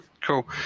cool